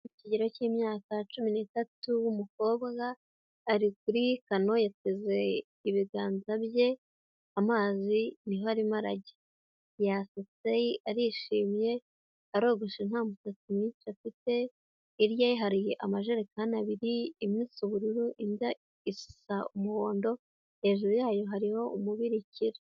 Mu kigero cy'imyaka cumi n'itatu w'umukobwa ari kuri kano yateze ibiganza bye amazi niho arimo arajya, arishimye arogosha inta musatsi na muke afite, hirya hari amajerekani abiri imwe isa ubururu, indi isa umuhondo hejuru yayo hariho umubirikira.